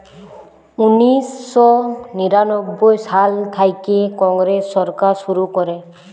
উনিশ শ নিরানব্বই সাল থ্যাইকে কংগ্রেস সরকার শুরু ক্যরে